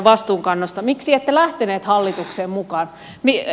miksi ette lähteneet hallitukseen mukaan